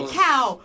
cow